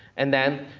and then,